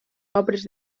obres